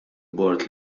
bord